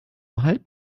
halb